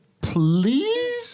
please